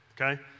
okay